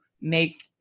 make